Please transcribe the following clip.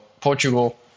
Portugal